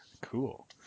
Cool